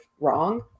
wrong